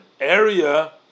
area